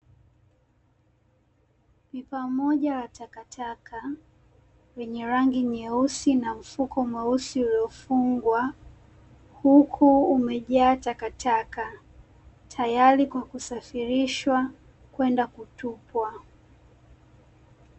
Pipa moja la takataka lenye rangi nyeusi na mfuko mweusi uliofungwa huku umejaa takataka tayari kwa kusafirishwa kwenda kutupwa .